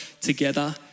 together